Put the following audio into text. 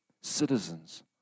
citizens